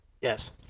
Yes